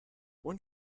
one